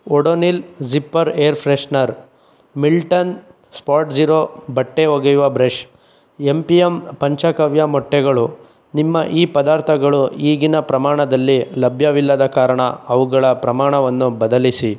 Odonil zipper air freshener Milton spot zero ಬಟ್ಟೆ ಒಗೆಯುವ brush M P M ಪಂಚಗವ್ಯ ಮೊಟ್ಟೆಗಳು ನಿಮ್ಮ ಈ ಪದಾರ್ಥಗಳು ಈಗಿನ ಪ್ರಮಾಣದಲ್ಲಿ ಲಭ್ಯವಿಲ್ಲದ ಕಾರಣ ಅವುಗಳ ಪ್ರಮಾಣವನ್ನು ಬದಲಿಸಿ